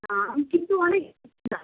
দাম কিন্তু অনেক বেশি দাদা